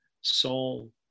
Saul